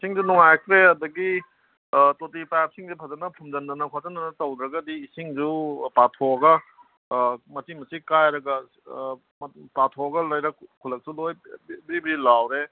ꯏꯁꯤꯡꯁꯨ ꯅꯨꯡꯉꯥꯏꯔꯛꯇ꯭ꯔꯦ ꯑꯗꯒꯤ ꯑꯥ ꯇꯣꯇꯤ ꯄꯥꯏꯞꯁꯤꯡꯁꯦ ꯐꯖꯅ ꯐꯨꯝꯖꯤꯟꯗꯅ ꯈꯣꯆꯤꯟꯗꯅ ꯇꯧꯗ꯭ꯔꯒꯗꯤ ꯏꯁꯤꯡꯁꯨ ꯄꯥꯊꯣꯛꯂꯒ ꯑꯥ ꯃꯆꯤ ꯃꯆꯤ ꯀꯥꯏꯔꯒ ꯄꯥꯊꯣꯛꯂꯒ ꯂꯩꯔꯛ ꯈꯨꯜꯂꯛꯁꯨ ꯂꯣꯏ ꯕ꯭ꯔꯤ ꯕ꯭ꯔꯤ ꯂꯥꯎꯔꯦ